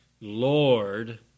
Lord